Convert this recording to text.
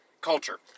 Culture